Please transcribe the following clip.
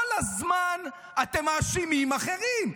כל הזמן אתם מאשימים אחרים.